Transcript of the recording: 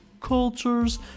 cultures